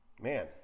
Man